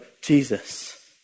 Jesus